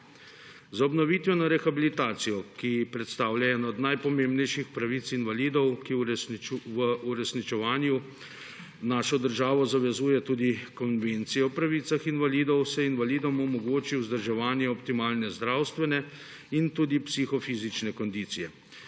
Z obnovitveno rehabilitacijo, ki predstavlja eno od najpomembnejših pravic invalidov – k uresničevanju našo državo zavezuje tudi Konvencija o pravicah invalidov – se invalidom omogoči vzdrževanje optimalne zdravstvene in tudi psihofizične kondicije.